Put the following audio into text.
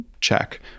Check